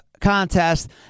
Contest